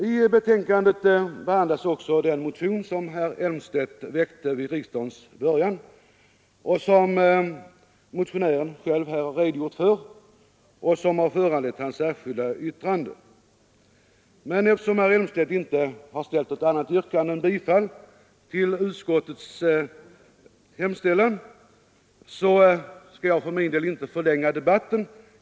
I betänkandet behandlas också den motion som herr Elmstedt väckte vid riksdagens början, som motionären själv har redogjort för här och som har föranlett hans särskilda yttrande. Eftersom herr Elmstedt inte har framställt något annat yrkande än om bifall till utskottets hemställan skall jag för min del inte förlänga debatten.